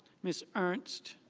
mr. ernst